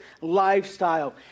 lifestyle